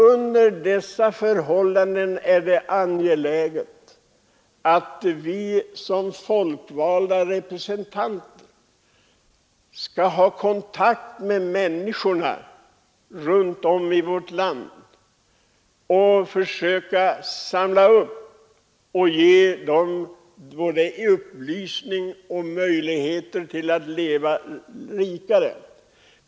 Under dessa förhållanden är det angeläget att vi som folkvalda representanter har kontakt med människorna runt om i vårt land samt försöker samla upp kunskap och försöker ge människorna både upplysning och möjligheter till ett rikare liv.